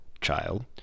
child